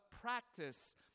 practice